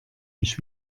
mich